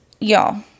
y'all